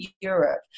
Europe